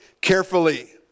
carefully